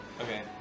Okay